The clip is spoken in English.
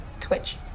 Twitch